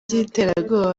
by’iterabwoba